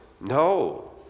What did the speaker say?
No